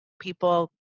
people